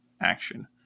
action